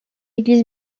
église